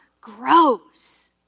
grows